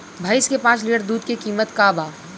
भईस के पांच लीटर दुध के कीमत का बा?